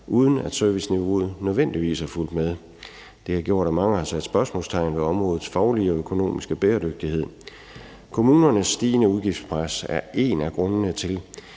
uden at serviceniveauet nødvendigvis er fulgt med. Det har gjort, at mange har sat spørgsmålstegn ved områdets faglige og økonomiske bæredygtighed. Kommunernes stigende udgiftspres er en af grundene til,